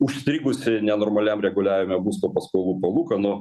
užstrigusi nenormaliam reguliavime būsto paskolų palūkanų